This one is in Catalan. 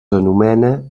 anomena